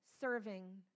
serving